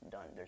Done